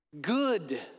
good